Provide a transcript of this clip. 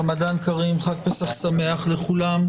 רמדאן כרים, חג פסח שמח לכולם.